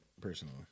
personally